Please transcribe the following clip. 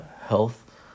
health